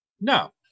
No